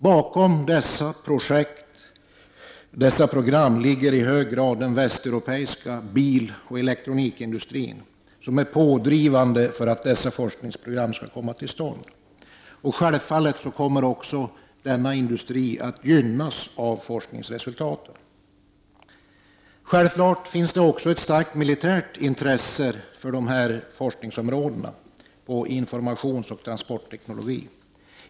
Bakom dessa program ligger i hög grad den västeuropeiska biloch elektronikindustrin, som är pådrivande när det gäller att få i gång dessa forskningsprogram. Självfallet kommer också denna industri att gynnas av forskningsresultaten. Det finns naturligtvis även ett starkt militärt intresse för forskningsområdena inom informationsoch transportteknologi.